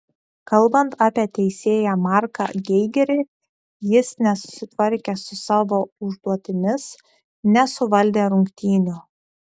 kalbant apie teisėją marką geigerį jis nesusitvarkė su savo užduotimis nesuvaldė rungtynių